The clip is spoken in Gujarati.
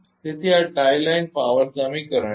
તેથી આ ટાઇ લાઇન પાવર સમીકરણ છે